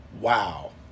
wow